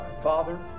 Father